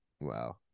Wow